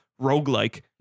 roguelike